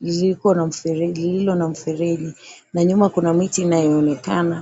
lililo na mfereji na nyuma kuna miti inayoonekana.